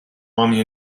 mommy